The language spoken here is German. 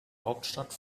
hauptstadt